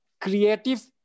creative